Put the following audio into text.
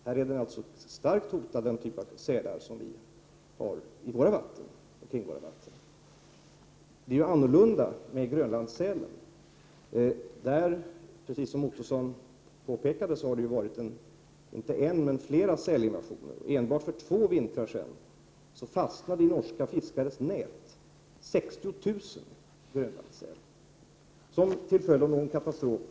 Sälar av den typ som finns i våra vatten är starkt hotade. Det förhåller sig annorlunda med Grönlandssälen. När det gäller denna har det förekommit, som Roy Ottosson påpekade, inte bara en utan flera sälinvasioner. Enbart för två vintrar sedan fastnade i norska fiskares nät 60 000 Grönlandssälar till följd av en katastrof.